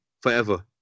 forever